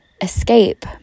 escape